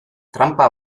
tranpa